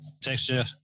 texture